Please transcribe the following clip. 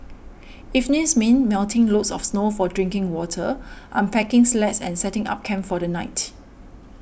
evenings mean melting loads of snow for drinking water unpacking sleds and setting up camp for the night